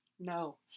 No